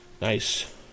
Nice